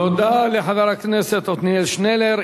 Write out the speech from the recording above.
תודה לחבר הכנסת עתניאל שנלר.